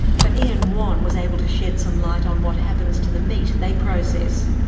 but ian whan was able to shed some light on what happens to the meat they process.